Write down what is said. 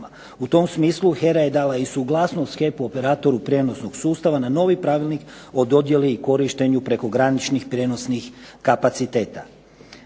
U tom smislu HERA je dala i suglasnost HEP-u, operatoru prijenosnog sustava na novi Pravilnik o dodjeli i korištenju prekograničnih prijenosnih kapaciteta.